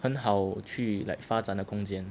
很好去 like 发展的空间